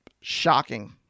shocking